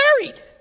married